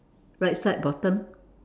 right side bottom